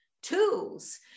tools